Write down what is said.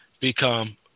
become